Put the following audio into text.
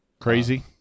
crazy